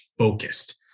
Focused